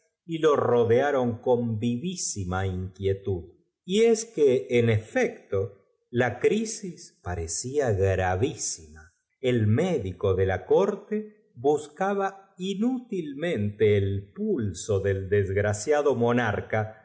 m luchando rodearon con vivfsima inquietud y es que en efecto la crisis parecfa gravfsima el médico de la corte huscaba inútilmente el pulso del desgraciado monarca